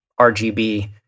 RGB